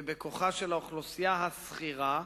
ובכוחה של האוכלוסייה השכירה,